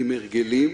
עם הרגלים,